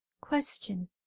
Question